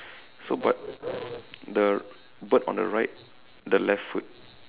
so but the bird on the right the left foot